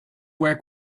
work